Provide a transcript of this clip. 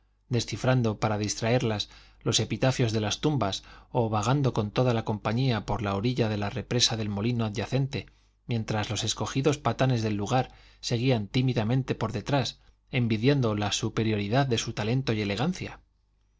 descifrando para distraerlas los epitafios de las tumbas o vagando con toda la compañía por la orilla de la represa del molino adyacente mientras los encogidos patanes del lugar seguían tímidamente por detrás envidiando la superioridad de su talento y elegancia